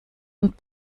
und